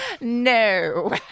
No